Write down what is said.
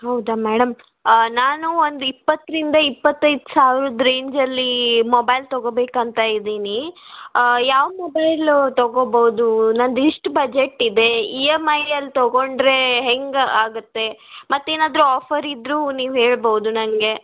ಹೌದಾ ಮೇಡಮ್ ನಾನು ಒಂದು ಇಪ್ಪತ್ತರಿಂದ ಇಪ್ಪತ್ತೈದು ಸಾವಿರದ ರೇಂಜಲ್ಲಿ ಮೊಬೈಲ್ ತೊಗೋಬೇಕಂತ ಇದ್ದೀನಿ ಯಾವ ಮೊಬೈಲು ತೊಗೋಬೋದು ನಂದು ಇಷ್ಟು ಬಜೆಟ್ಟಿದೆ ಇ ಎಮ್ ಐಯಲ್ಲಿ ತೊಗೊಂಡರೆ ಹೆಂಗೆ ಆಗುತ್ತೆ ಮತ್ತು ಏನಾದರು ಆಫರ್ ಇದ್ದರೂ ನೀವು ಹೇಳ್ಬೌದು ನನಗೆ